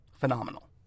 Phenomenal